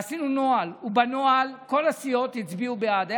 עשינו נוהל, ובנוהל כל הסיעות הצביעו בעד.